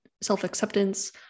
self-acceptance